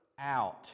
Out